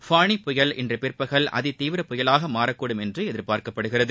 ஃபோனி புயல் இன்று பிற்பகல் அதிதீவிர புயலாக மாறக்கூடும் என்று எதிர்பார்க்கப்படுகிறது